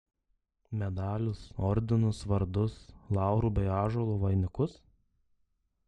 medalius ordinus vardus laurų bei ąžuolų vainikus